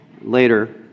later